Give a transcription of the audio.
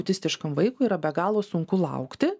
autistiškam vaikui yra be galo sunku laukti